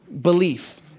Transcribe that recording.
belief